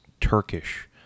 Turkish